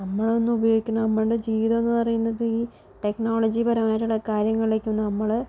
നമ്മളെന്നും ഉപയോഗിക്കുന്ന നമ്മളുടെ ജീവിതമെന്ന് പറയുന്നത് ഈ ടെക്നോളജി പരമായിട്ടുള്ള കാര്യങ്ങളിലേക്ക് നമ്മള്